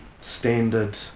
standard